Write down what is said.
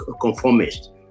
conformist